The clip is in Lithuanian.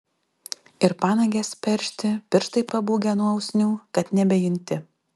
ir panagės peršti pirštai pabūgę nuo usnių kad nebejunti